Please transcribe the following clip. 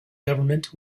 government